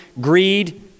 greed